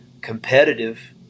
competitive